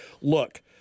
look